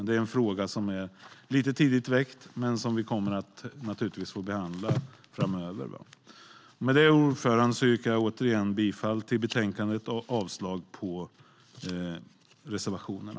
Det är en fråga som är lite tidigt väckt men som vi kommer att få behandla framöver. Med det, herr talman, yrkar jag återigen bifall till utskottets förslag i betänkandet och avslag på reservationerna.